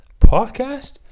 podcast